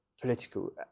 political